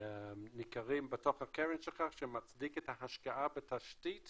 ניכרים בתוך הקרן שלך שמצדיקים את ההשקעה בתשתית